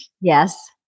Yes